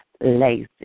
lazy